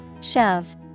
Shove